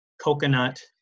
coconut